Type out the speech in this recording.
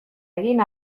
egin